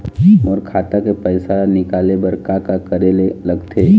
मोर खाता के पैसा ला निकाले बर का का करे ले लगथे?